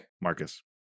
Marcus